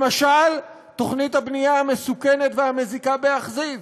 למשל תוכנית הבנייה המסוכנת והמזיקה באכזיב.